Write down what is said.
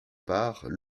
part